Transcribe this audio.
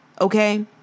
Okay